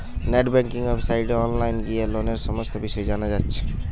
net banking ওয়েবসাইটে online গিয়ে লোনের সমস্ত বিষয় জানা যাচ্ছে